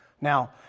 Now